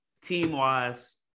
Team-wise